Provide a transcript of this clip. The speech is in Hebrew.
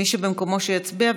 מי שבמקומו, שיצביע.